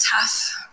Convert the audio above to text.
tough